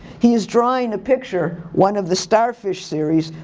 he's drawing a picture, one of the star fish series,